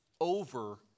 over